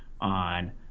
on